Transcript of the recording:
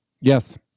Yes